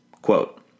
Quote